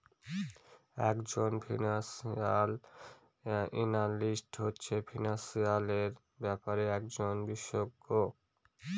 এক জন financial analyst হচ্ছে ফিনান্সিয়াল ব্যাপারের একজন বিশষজ্ঞ